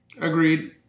Agreed